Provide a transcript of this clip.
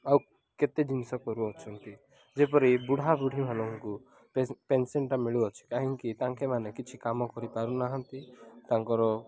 ଆଉ କେତେ ଜିନିଷ କରୁଅଛନ୍ତି ଯେପରି ବୁଢ଼ା ବୁଢ଼ୀମାନଙ୍କୁ ପେନ୍ସନ୍ଟା ମିଳୁଅଛି କାହିଁକି ତାଙ୍କେମାନେ କିଛି କାମ କରିପାରୁନାହାନ୍ତି ତାଙ୍କର